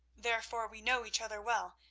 therefore, we know each other well,